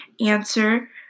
answer